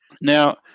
Now